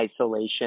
isolation